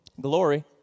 Glory